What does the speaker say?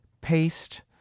paste